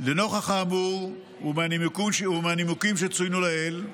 לנוכח האמור והנימוקים שצוינו לעיל,